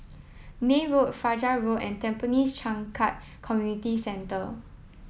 May Road Fajar Road and Tampines Changkat Community Centre